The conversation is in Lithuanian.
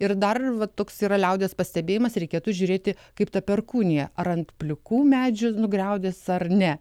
ir dar va toks yra liaudies pastebėjimas reikėtų žiūrėti kaip ta perkūnija ar ant plikų medžių nugriaudės ar ne